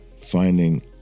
finding